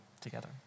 together